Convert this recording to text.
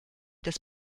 des